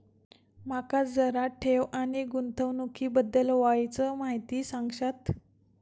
माका जरा ठेव आणि गुंतवणूकी बद्दल वायचं माहिती सांगशात?